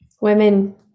Women